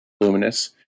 Luminous